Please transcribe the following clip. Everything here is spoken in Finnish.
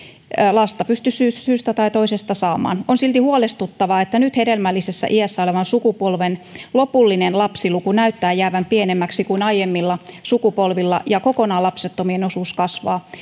lasta pysty syystä syystä tai toisesta saamaan on silti huolestuttavaa että nyt hedelmällisessä iässä olevan sukupolven lopullinen lapsiluku näyttää jäävän pienemmäksi kuin aiemmilla sukupolvilla ja kokonaan lapsettomien osuus kasvaa